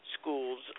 schools